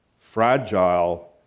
fragile